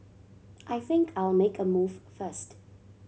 I think I will make a move first